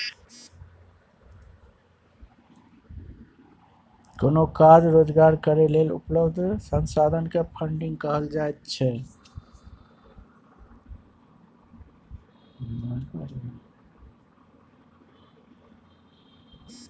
कोनो काज रोजगार करै लेल उपलब्ध संसाधन के फन्डिंग कहल जाइत छइ